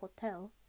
hotel